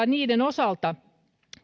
niiden osalta